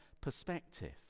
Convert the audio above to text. perspective